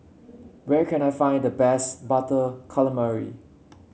where can I find the best Butter Calamari